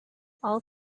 all